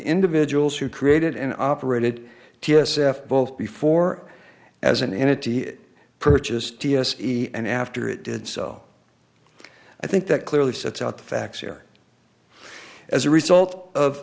individuals who created and operated t s f both before as an entity it purchased e s e and after it did so i think that clearly sets out the facts here as a result of